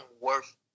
worth